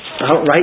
Right